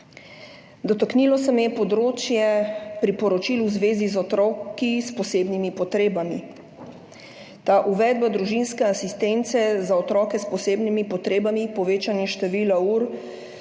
Dotaknilo se me je področje priporočil v zvezi z otroki s posebnimi potrebami, uvedba družinske asistence za otroke s posebnimi potrebami, povečanje števila ur